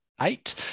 eight